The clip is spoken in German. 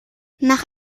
nach